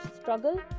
struggle